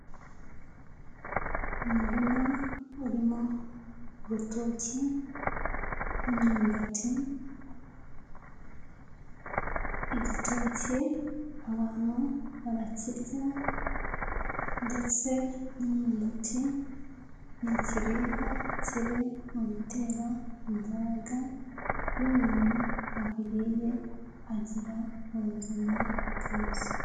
Umurima urimo urutoki n'imyumbati, igitoki abantu barakirya ndetse n'imyumbati ni ikiribwa kiri mu bitera imbaraga iyo umuntu abiriye agira ubuzima bwiza.